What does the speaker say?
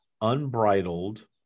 unbridled